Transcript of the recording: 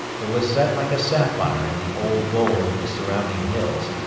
it was set like a sapphire in the old gold of the surrounding hills,